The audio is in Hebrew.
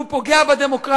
הוא פוגע בדמוקרטיה?